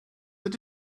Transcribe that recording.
that